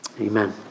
Amen